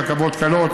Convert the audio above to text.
רכבות קלות,